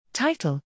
Title